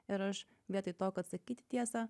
ir aš vietoj to kad sakyti tiesą